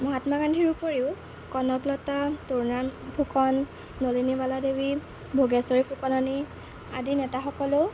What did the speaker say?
মহাত্মা গান্ধীৰ উপৰিও কনকলতা তৰুণৰাম ফুকন নলিনীবালাদেৱী ভোগেশ্বৰী ফুকননি আদি নেতাসকলেও